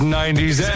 90s